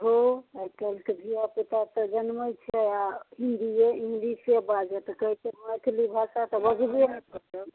ओ आइ काल्हि तऽ धिआ पुता तऽ जनमैत छै आ हिन्दिये इंगलिशे बाजत कहैत छै मैथिली भाषा तऽ बजबे नहि करत